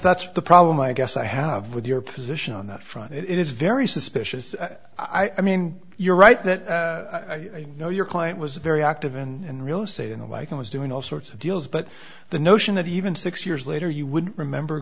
that's the problem i guess i have with your position on that front it is very suspicious i mean you're right that you know your client was very active in real estate in the like i was doing all sorts of deals but the notion that even six years later you would remember